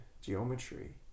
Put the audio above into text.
geometry